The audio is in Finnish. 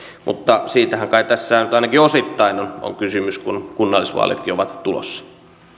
mutta siitähän tässä kai nyt ainakin osittain on on kysymys kun kunnallisvaalitkin ovat tulossa